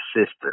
sister